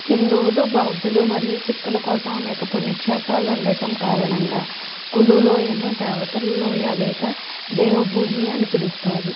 హిందువులు బౌద్ధులు మరియు సిక్కుల కోసం అనేక పుణ్యక్షేత్రాలు ఉండటం కారణంగా కులు లోయను దేవతల లోయ లేదా దేవ్ భూమి అని పిలుస్తారు